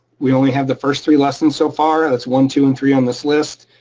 we only have the first three lessons so far, that's one, two and three on this list.